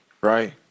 right